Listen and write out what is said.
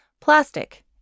Plastic